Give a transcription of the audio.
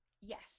yes